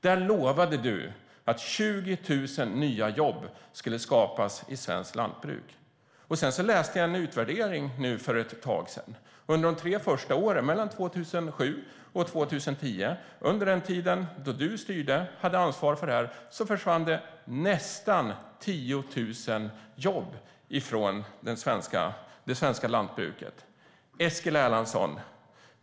Där lovade du att 20 000 nya jobb skulle skapas i svenskt lantbruk. Jag läste en utvärdering för ett tag sedan. Under de tre första åren, mellan 2007 och 2010, när du styrde och hade ansvar för detta, försvann det nästan 10 000 jobb från det svenska lantbruket. Eskil Erlandsson!